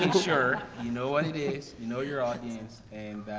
sure you know what it is, you know your audience, and,